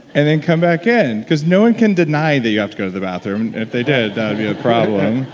and then come back in because no one can deny that you have to go to the bathroom. if they did, that would be a problem.